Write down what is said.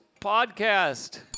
podcast